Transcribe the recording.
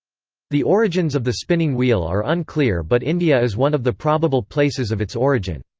the origins of the spinning wheel are unclear but india is one of the probable places of its origin.